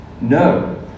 No